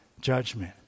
judgment